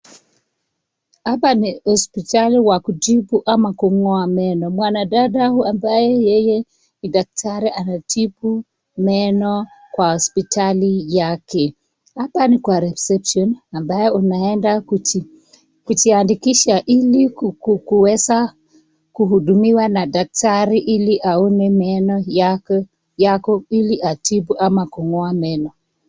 Hapa ni hospitali ya kutibu ama kung'oa meno. Mwanadada ambaye yeye ni daktari anatibu meno kwa hospitali yake. Hapa ni kwa reception ambaye unaenda kujiandikisha ili kuweza kuhudumiwa na daktari ili aone meno yako ili atibu ama aweze kung'oa meno.